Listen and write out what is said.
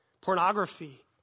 pornography